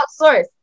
outsource